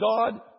God